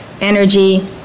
energy